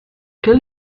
quel